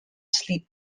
sleep